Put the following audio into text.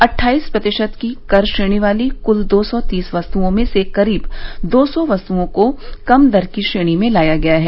अटठाईस प्रतिशत की कर श्रेणी वाली कुल दो सौ तीस वस्तुओं में से करीब दो सौ वस्तुओं को कम दर की श्रेणी में लाया गया है